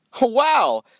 Wow